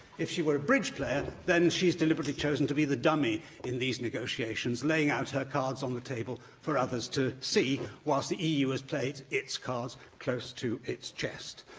if she were a bridge player, then she's deliberately chosen to be the dummy in these negotiations, laying out her cards on the table for others to see, whilst the eu has played its cards close to its chest.